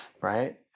right